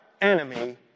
Enemy